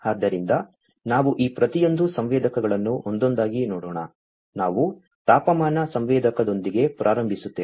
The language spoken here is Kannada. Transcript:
ಆದ್ದರಿಂದ ನಾವು ಈ ಪ್ರತಿಯೊಂದು ಸಂವೇದಕಗಳನ್ನು ಒಂದೊಂದಾಗಿ ನೋಡೋಣ ನಾವು ತಾಪಮಾನ ಸಂವೇದಕದೊಂದಿಗೆ ಪ್ರಾರಂಭಿಸುತ್ತೇವೆ